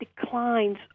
declines